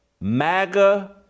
MAGA